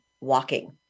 walking